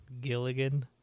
Gilligan